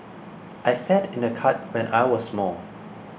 I sat in a cart when I was small